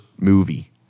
movie